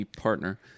partner